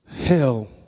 hell